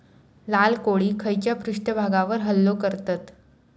लाल कोळी खैच्या पृष्ठभागावर हल्लो करतत?